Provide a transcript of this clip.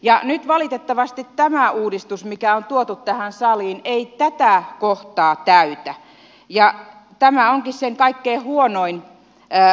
nyt valitettavasti tämä uudistus mikä on tuotu tähän saliin ei tätä kohtaa täytä ja tämä onkin sen kaikkein huonoin kohta